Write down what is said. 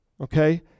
Okay